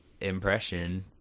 impression